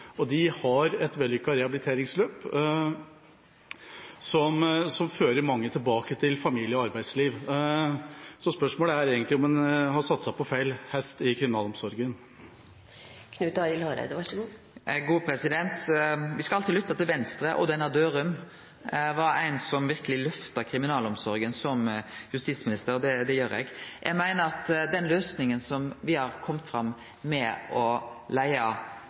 om de får bygge ut. De har et vellykket rehabiliteringsløp som fører mange tilbake til familie og arbeidsliv. Spørsmålet er egentlig om man har satset på feil hest i kriminalomsorgen. Me skal alltid lytte til Venstre – Odd Einar Dørum var ein som verkeleg løfta kriminalomsorga som justisminister – og det gjer eg. Den løysinga som me har kome fram til med å